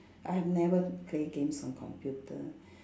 I have never play games on computer